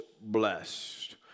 blessed